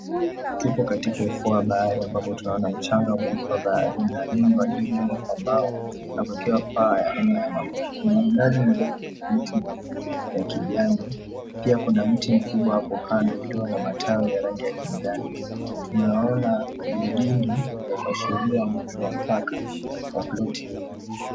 Tupo katika ufuo wa bahari ambapo tunaona mchanga mweupe wa baharini na nyumba iliyo jengwa kwa mbao. Hapa kilele pale ya aina ya makuti. Tunaona mti wa kijani. Pia kuna mti mkubwa hapo kando ulio na matawi ya rangi ya kijani. Tunaona migini yakiashiria mwisho wa mpaka wa ploti hili.